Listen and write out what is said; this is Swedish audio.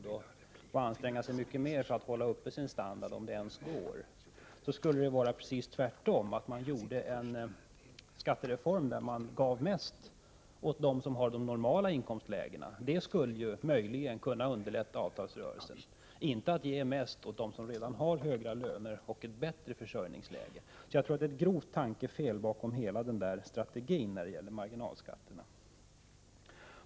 De får anstränga sig mycket mer för att hålla uppe sin standard, om det ens går. Det borde vara precis tvärtom, dvs. att man genomförde en skattereform där man gav mest åt dem som befinner sig i de normala inkomstlägena. Detta skulle möjligen kunna underlätta avtalsrörelsen. Det går inte om man ger mest åt dem som redan har höga löner och bättre försörjningsläge. Jag tror alltså att det ligger ett grovt tankefel bakom hela strategin beträffande marginalskatterna.